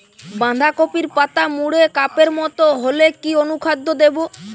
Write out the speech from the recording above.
বাঁধাকপির পাতা মুড়ে কাপের মতো হলে কি অনুখাদ্য দেবো?